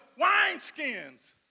wineskins